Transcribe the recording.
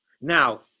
now